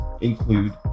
include